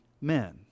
men